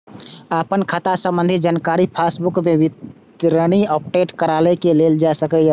अपन खाता संबंधी जानकारी पासबुक मे विवरणी अपडेट कराके लेल जा सकैए